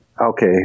Okay